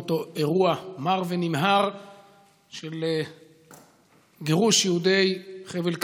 לאותו אירוע מר ונמהר של גירוש יהודי חבל קטיף,